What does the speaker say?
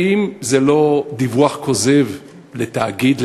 האם זה לא דיווח כוזב לתאגיד,